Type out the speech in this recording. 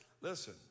Listen